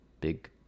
big